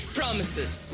promises